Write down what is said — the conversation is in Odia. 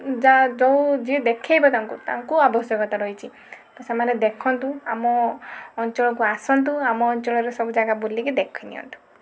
ଯା ଯେଉଁ ଯିଏ ଦେଖାଇବେ ତାଙ୍କୁ ତାଙ୍କୁ ଆବଶ୍ୟକତା ରହିଛି ତ ସେମାନେ ଦେଖନ୍ତୁ ଆମ ଅଞ୍ଚଳକୁ ଆସନ୍ତୁ ଆମ ଅଞ୍ଚଳରେ ସବୁ ଜାଗା ବୁଲିକି ଦେଖି ନିଅନ୍ତୁ